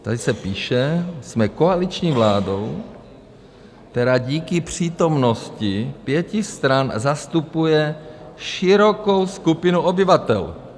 Tady se píše: Jsme koaliční vládou, která díky přítomnosti pěti stran zastupuje širokou skupinu obyvatel.